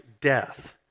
death